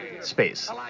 space